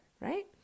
right